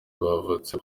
bavutse